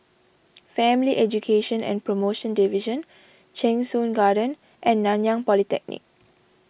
Family Education and Promotion Division Cheng Soon Garden and Nanyang Polytechnic